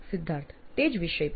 સિદ્ધાર્થ તે જ વિષય પર